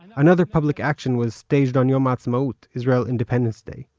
another public action was staged on yom haatzmaut israeli independence day,